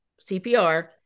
cpr